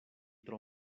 tro